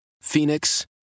Phoenix